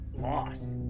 Lost